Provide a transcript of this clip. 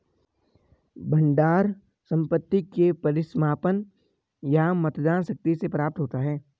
भंडार संपत्ति के परिसमापन या मतदान शक्ति से प्राप्त होता है